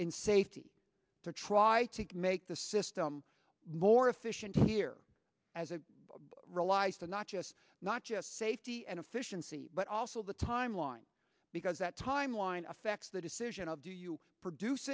in safety to try to make the system more efficient here as a real life not just not just safety and efficiency but also the timeline because that timeline affects the decision of do you produce